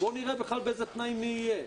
בואו נראה בכלל באיזה תנאים נהיה.